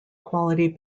quality